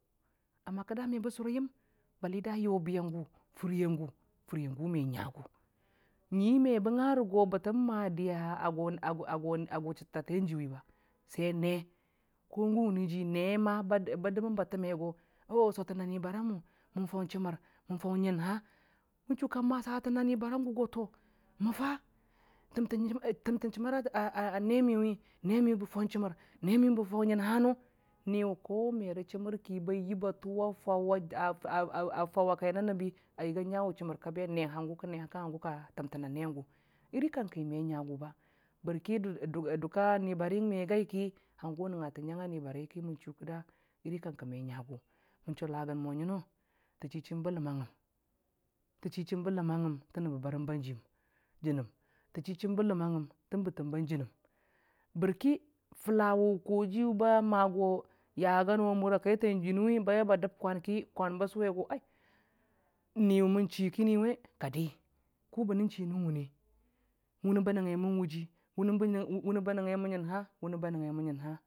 A ma kida maba sʊrʊrə yam bali da yobiyangʊ fwʊyangʊ, fwʊyangʊ məngagʊ ngʊi hi ma məba ngarə go batam ma diya a go a go go chatata tənjiyʊ ba sai nə, nə ma ba doman ba tʊmgngə go sotanama nibanamʊ man faʊ damar man faʊ nganha ban chʊ ka mada əana nibaiyangʊ mə fa tamtan chamar a nəmiyʊwi nəmʊyʊ ba faʊ chamar nəmiyʊ ba faʊ nganhana yi a tʊ afaʊ aa kaina nabbi ba ngawə chamar kika bə a nə go hangʊ a tamtana nəəngʊwi iri kankə mə ngagʊ ba barki dʊk dʊ dʊkka nibariyan mə gai ki hangʊ ka nangnga tan ngan a nibariyagʊ iri kankə mə ngagʊ man chalagan mo ngamo ta chi chiin ba lamangngan ta chi chimba lamangngam tan nababaram ba janam jim bajanam ta chi chiim ba lamangngam tan balamba janam barki fʊla wə kojiyʊ ba ma go yaganoi a mʊriya kaitan kanawi ba dab kwanki ni nan chi kiniwə kadi ka banan chinan wʊnə wʊnə ba nangngai man wʊji wʊnə ba nangngai man wʊji wʊnə ba nangnagaiman nganha.